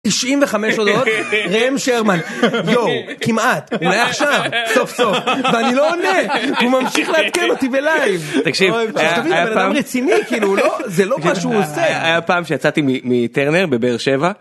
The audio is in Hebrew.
95 הודעות, רם שרמן, יואו, כמעט, אולי עכשיו, סוף סוף, ואני לא עונה, הוא ממשיך להתקן אותי בלייב. תקשיב, היה פעם... אתה מבין, הבן אדם רציני, כאילו, זה לא מה שהוא עושה. היה פעם שיצאתי מטרנר בבאר שבע.